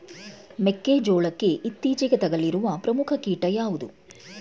ಮೆಕ್ಕೆ ಜೋಳಕ್ಕೆ ಇತ್ತೀಚೆಗೆ ತಗುಲಿರುವ ಪ್ರಮುಖ ಕೀಟ ಯಾವುದು?